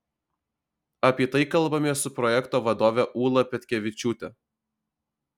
apie tai kalbamės su projekto vadove ūla petkevičiūte